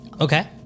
Okay